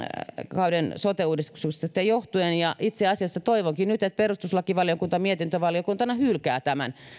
kauden sote uudistuksesta johtuen ja itse asiassa toivonkin nyt että ensinnäkin perustuslakivaliokunta mietintövaliokuntana hylkää tämän